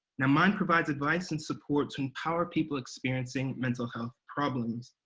now, mind provides advice and support, to empower people experiencing mental health problems.